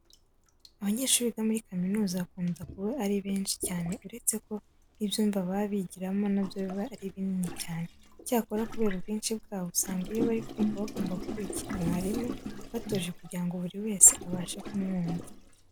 Abanyeshuri biga muri kaminuza bakunze kuba ari benshi cyane uretse ko n'ibyumba baba bigiramo na byo biba ari binini cyane. Icyakora kubera ubwinshi bwabo, usanga iyo bari kwiga bagomba gukurikira mwarimu batuje kugira ngo buri wese abashe kumwumva.